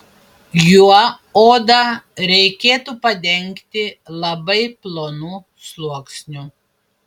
juo odą reikėtų padengti labai plonu sluoksniu